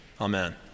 Amen